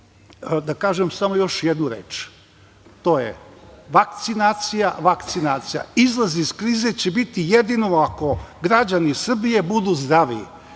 da kažem samo još jednu reč a to je vakcinacija. Izlaz iz krize će biti jedino ako građani Srbije budu zdravi,